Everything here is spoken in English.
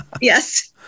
yes